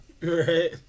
Right